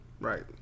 Right